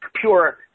pure